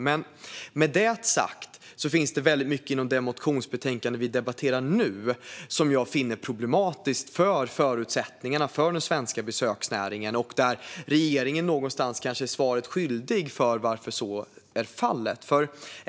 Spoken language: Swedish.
Men med det sagt finns det väldigt mycket inom det motionsbetänkande som vi nu debatterar som jag finner problematiskt för förutsättningarna för den svenska besöksnäringen. Och regeringen kanske någonstans är svaret skyldig när det gäller att det är så.